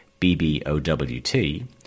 BBOWT